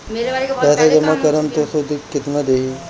पैसा जमा करम त शुध कितना देही?